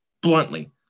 Bluntly